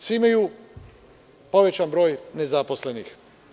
Svi imaju povećan broj nezaposlenih.